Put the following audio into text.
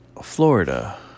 Florida